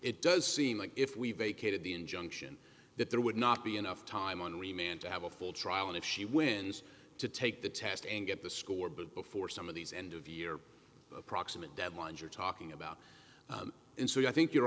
it does seem like if we vacated the injunction that there would not be enough time on remained to have a full trial and if she wins to take the test and get the score before some of these end of year approximate deadlines you're talking about and so i think your